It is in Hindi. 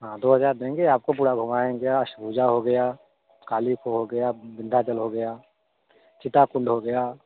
हाँ दो हजार देंगे आपको पूरा घुमाएँगे अष्टभुजा हो गया काली खो हो गया विंध्याचल हो गया सीताकुंड हो गया